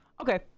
Okay